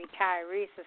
Retirees